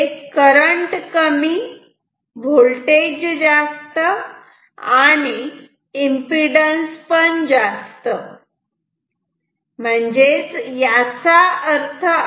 म्हणजे करंट कमी होल्टेज जास्त आणि एम्पिडन्स पण जास्त